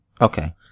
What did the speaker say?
Okay